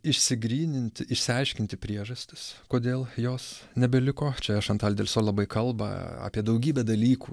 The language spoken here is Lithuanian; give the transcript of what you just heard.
išsigryninti išsiaiškinti priežastis kodėl jos nebeliko čia šantal delsol labai kalba apie daugybę dalykų